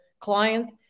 client